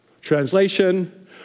Translation